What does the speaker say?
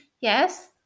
Yes